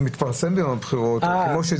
זה מתפרסם ביום הבחירות --- אם אני